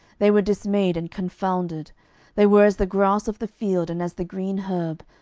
they were dismayed and confounded they were as the grass of the field, and as the green herb,